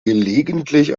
gelegentlich